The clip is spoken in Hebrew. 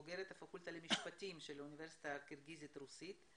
בוגרת הפקולטה למשפטים של אוניברסיטה קירגיזית רוסית.